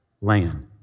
land